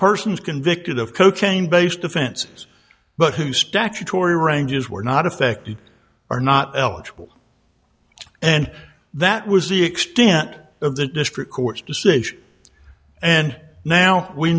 persons convicted of cocaine based offenses but who spector tory ranges were not affected are not eligible and that was the extent of the district court's decision and now we